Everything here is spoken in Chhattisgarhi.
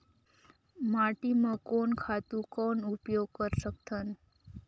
माटी म कोन खातु कौन उपयोग कर सकथन?